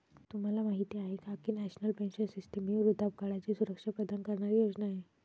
तुम्हाला माहिती आहे का की नॅशनल पेन्शन सिस्टीम ही वृद्धापकाळाची सुरक्षा प्रदान करणारी योजना आहे